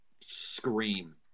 scream